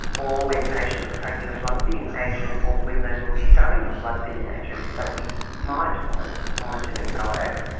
or when patients are taking a blood thinning agent or when they will be starting on a blood thinning agent, that we might want to monitor their coags,